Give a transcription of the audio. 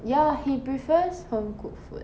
ya he prefers home-cooked food